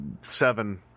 seven